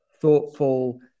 thoughtful